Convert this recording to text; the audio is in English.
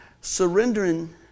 Surrendering